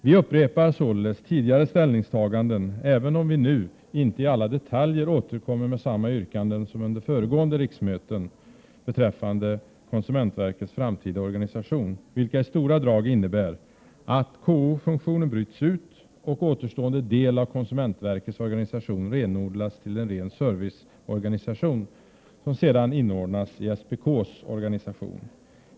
Vi upprepar således tidigare ställningstaganden, även om vi nu inte i alla detaljer återkommer med samma yrkanden som under föregående riksmöten beträffande konsumentverkets framtida organisation, vilka i stora drag innebär att KO-funktionen bryts ut och återstående del av konsumentverkets organisation renodlas till enbart serviceorganisation som sedan inordnas i SPK:s organisation.